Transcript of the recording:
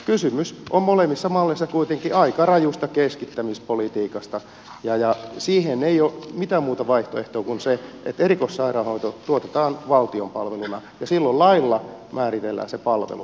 kysymys on molemmissa malleissa kuitenkin aika rajusta keskittämispolitiikasta ja siihen ei ole mitään muuta vaihtoehtoa kuin se että erikoissairaanhoito tuotetaan valtion palveluna ja silloin lailla määritellään se palvelu kuinka se tuotetaan